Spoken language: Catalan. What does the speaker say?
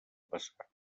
passar